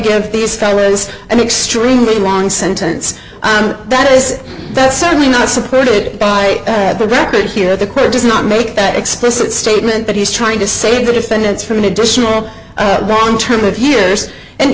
give these fellows an extremely long sentence and that is that's certainly not supported by the record here the court does not make that explicit statement that he's trying to save the defendants from an additional in terms of years and